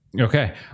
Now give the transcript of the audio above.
Okay